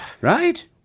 Right